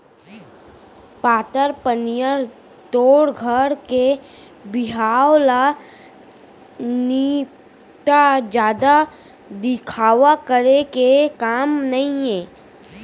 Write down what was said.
पातर पनियर तोर घर के बिहाव ल निपटा, जादा दिखावा करे के काम नइये